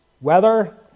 weather